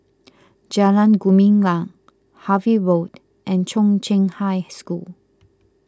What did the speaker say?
Jalan Gumilang Harvey Road and Chung Cheng High School